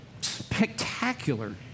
spectacular